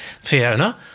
Fiona